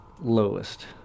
Lowest